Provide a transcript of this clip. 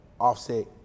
Offset